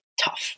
tough